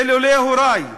אילולא הורי,